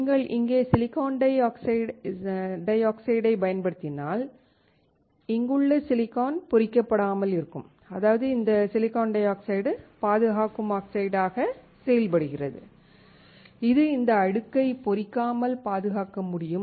நீங்கள் இங்கே SiO2 ஐப் பயன்படுத்தினால் இங்குள்ள சிலிக்கான் பொறிக்கப் படாமல் இருக்கும் அதாவது இந்த சிலிக்கான் டை ஆக்சைடு பாதுகாக்கும் ஆக்சைடாக செயல்படுகிறது இது இந்த அடுக்கை பொறிக்காமல் பாதுகாக்க முடியும்